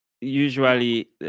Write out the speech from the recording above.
Usually